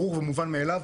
זה ברור ומובן מאליו,